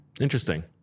Interesting